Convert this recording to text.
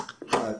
המענה?